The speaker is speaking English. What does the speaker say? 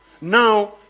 Now